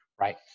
Right